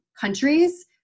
countries